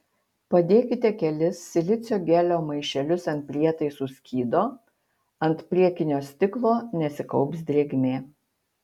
padėkite kelis silicio gelio maišelius ant prietaisų skydo ant priekinio stiklo nesikaups drėgmė